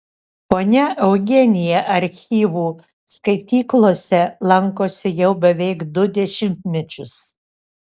ponia eugenija archyvų skaityklose lankosi jau beveik du dešimtmečius